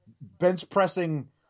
bench-pressing